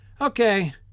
Okay